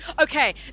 okay